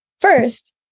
first